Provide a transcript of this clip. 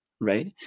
right